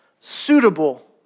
suitable